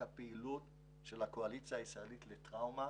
אני מציין את הפעילות של הקואליציה הישראלית לטראומה,